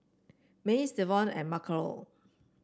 Mace Davon and Michaele